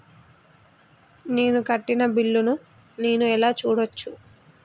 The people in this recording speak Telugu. నేను కట్టిన బిల్లు ను నేను ఎలా చూడచ్చు?